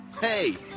Hey